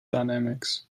dynamics